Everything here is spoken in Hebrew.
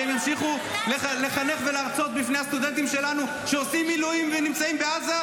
שימשיכו לחנך ולהרצות לפני הסטודנטים שלנו שעושים מילואים ונמצאים בעזה?